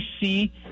see